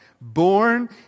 born